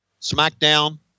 Smackdown